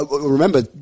Remember